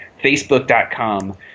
Facebook.com